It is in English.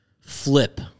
flip